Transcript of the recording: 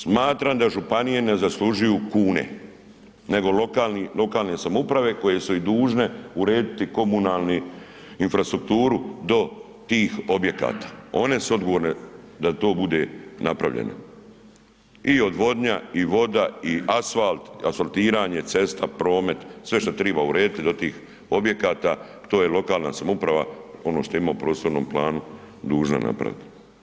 Smatram da županije ne zaslužuju kune nego lokalne samouprave koje su i dužne urediti komunalnu infrastrukturu do tih objekata, one su odgovorne da to bude napravljeno i odvodnja i voda i asfalt, asfaltiranje cesta, promet, sve što triba urediti do tih objekata to je lokalna samouprava ono što ima u prostornom planu dužna napraviti.